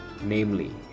namely